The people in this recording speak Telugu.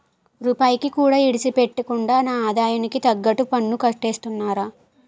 రూపాయికి కూడా ఇడిసిపెట్టకుండా నా ఆదాయానికి తగ్గట్టుగా పన్నుకట్టేస్తున్నారా